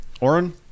Oren